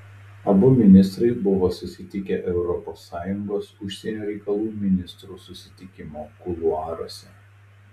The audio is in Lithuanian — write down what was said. abu ministrai buvo susitikę europos sąjungos užsienio reikalų ministrų susitikimo kuluaruose